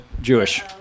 Jewish